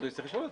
זה בסדר.